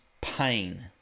pain